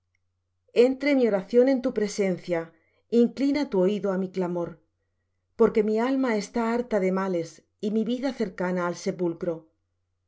entre mi oración en tu presencia inclina tu oído á mi clamor porque mi alma está harta de males y mi vida cercana al sepulcro